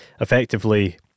effectively